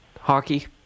hockey